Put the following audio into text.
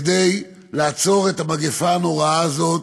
כדי לעצור את המגפה הנוראה הזאת,